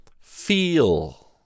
feel